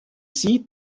sie